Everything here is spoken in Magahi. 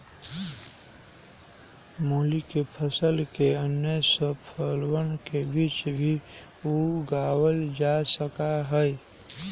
मूली के फसल के अन्य फसलवन के बीच भी उगावल जा सका हई